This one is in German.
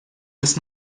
bis